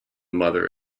mother